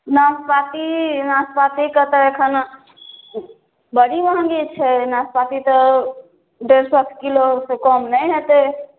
नाशपाती नाशपातीके तऽ एखन बड़ी महगी छै नाशपाती तऽ ओ डेढ़ सएके किलोसँ कम नहि हेतै